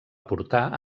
portar